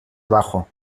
abajo